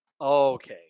okay